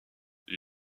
une